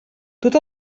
tot